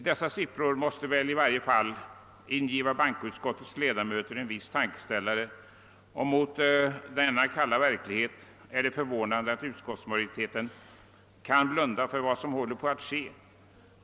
Dessa siffror måste i varje fall ge bhankoutskottets ledamöter en viss tankeställare, och mot denna kalla verklighet är det förvånande att utskotts majoriteten kan blunda för vad som håller på att ske.